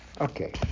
Okay